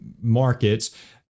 markets